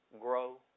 grow